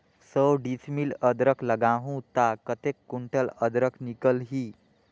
सौ डिसमिल अदरक लगाहूं ता कतेक कुंटल अदरक निकल ही?